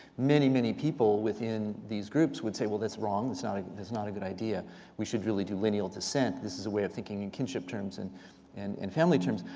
many, many people within these groups would say, well, that's wrong. ah like that's not a good idea. we should really do lineal descent. this is a way of thinking in kinship terms and and in family terms.